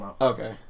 Okay